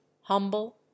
humble